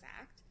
Act